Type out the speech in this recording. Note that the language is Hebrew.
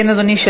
אדוני.